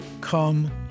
Come